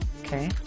Okay